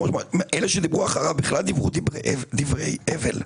אלה שדיברו אחריו בכלל דיברו דברי הבל.